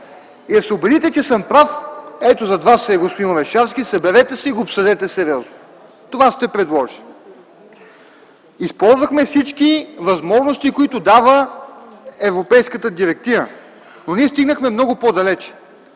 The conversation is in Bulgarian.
за да се убедите, че съм прав – ето, зад Вас е господин Орешарски, съберете се и го обсъдете сериозно. Това сте предложили. Използвахме всички възможности, които дава Европейската директива, но ние стигнахме много по далеч.